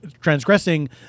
transgressing